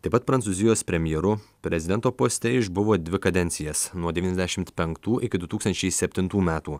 taip pat prancūzijos premjeru prezidento poste išbuvo dvi kadencijas nuo devyniasdešimt penktų iki du tūkstančiai septintų metų